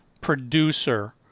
producer